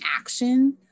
action